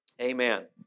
Amen